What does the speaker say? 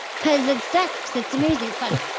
because it's sex. it's amazing. it's fun.